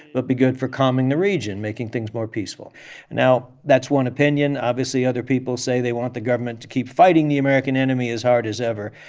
but be good for calming the region, making things more peaceful now, that's one opinion. obviously, other people say they want the government to keep fighting the american enemy as hard as ever.